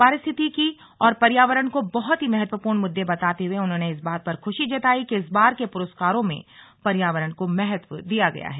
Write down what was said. पारिस्थितिकी और पर्यावरण को बहुत ही महत्वपूर्ण मुद्दे बताते हुए उन्होंने इस बात पर खुशी जताई कि इस बार के पुरस्कारों में पर्यावरण को महत्व दिया गया है